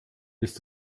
bist